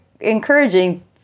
encouraging